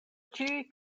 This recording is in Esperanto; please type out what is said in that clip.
ĉiuj